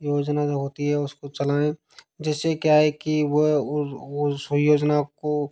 योजना जो होती है उसको चलाएं जिससे क्या है कि वह उस योजना को